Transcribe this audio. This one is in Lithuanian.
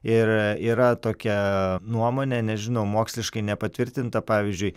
ir yra tokia nuomonė nežinau moksliškai nepatvirtinta pavyzdžiui